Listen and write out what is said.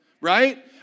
Right